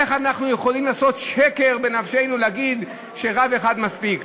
איך אנחנו יכולים לעשות שקר בנפשנו ולהגיד שרב אחד מספיק?